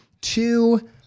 two